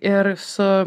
ir su